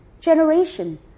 generation